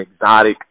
exotic